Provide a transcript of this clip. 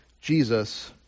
Jesus